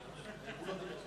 הוא דיבר עלי.